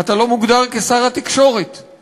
אתה לא מוגדר שר התקשורת,